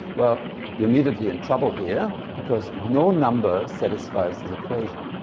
well we are immediately in trouble here because no number satisfies this equation.